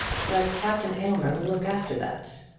but captain aylmer will look after that.